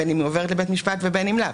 בין אם היא עוברת לבית המשפט ובין אם לאו.